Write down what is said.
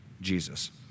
Jesus